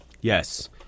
Yes